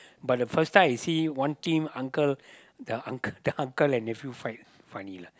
but the first time I see one team uncle the uncle the uncle and nephew fight funny lah